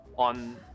on